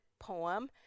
poem